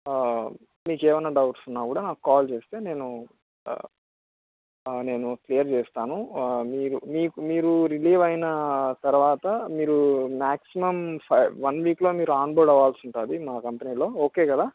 మీకేమైనా డౌట్స్ ఉన్నా కూడా మాకు కాల్ చేస్తే నేను నేను క్లియర్ చేస్తాను మీరు మీకు మీరు రిలీవ్ అయిన తర్వాత మీరు మాక్సిమం స వన్ వీక్లో మీరు ఆన్బోర్డ్ అవ్వాల్సి ఉంటుంది మన కంపెనీలో ఓకే కదా